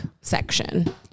section